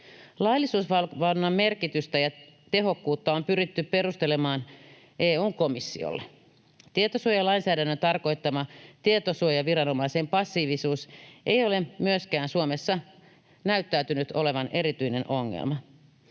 Laillisuusvalvonnan merkitystä ja tehokkuutta on pyritty perustelemaan EU:n komissiolle. Tietosuojalainsäädännön tarkoittama tietosuojaviranomaisen passiivisuus ei ole myöskään Suomessa näyttäytynyt olevan erityinen ongelma.